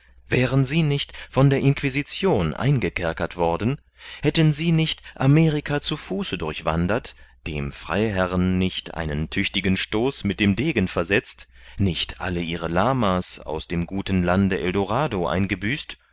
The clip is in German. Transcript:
wären sie nicht von der inquisition eingekerkert worden hätten sie nicht amerika zu fuße durchwandert dem freiherrn nicht einen tüchtigen stoß mit dem degen versetzt nicht alle ihre lama's aus dem guten lande eldorado eingebüßt